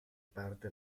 parte